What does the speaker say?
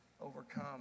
overcome